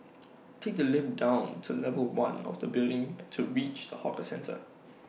take the lift down to level one of the building to reach the hawker centre